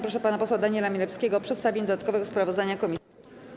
Proszę pana posła Daniela Milewskiego o przedstawienie dodatkowego sprawozdania komisji.